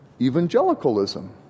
evangelicalism